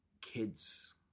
kids